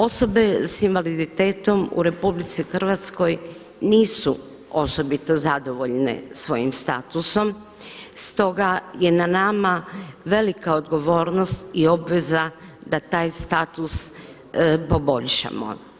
Osobe s invaliditetom u RH nisu osobito zadovoljne svojim statusom stoga je na nama velika odgovornost i obveza da taj status poboljšamo.